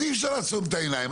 אז אי אפשר לעצום את העיניים,